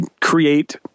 create